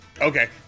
okay